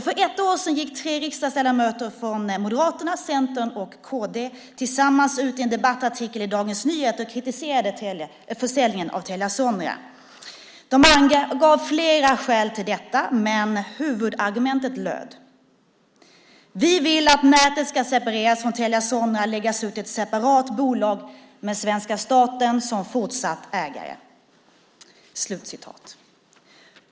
För ett år sedan gick tre riksdagsledamöter från Moderaterna, Centern och kd tillsammans ut i en debattartikel i Dagens Nyheter och kritiserade försäljningen av Telia Sonera. De angav flera skäl till detta, men huvudargumentet löd: "Vi vill att nätet skall separeras helt från Telia Sonera och läggas i ett separat bolag med svenska staten som fortsatt ägare."